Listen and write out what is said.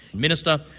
minister,